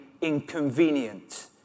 inconvenient